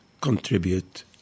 contribute